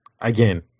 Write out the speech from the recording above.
Again